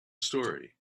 story